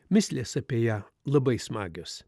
mįslės apie ją labai smagios